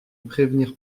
prévenir